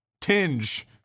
tinge